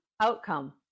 outcome